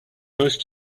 most